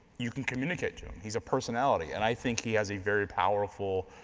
you can communicate to him, he's a personality. and i think he has a very powerful.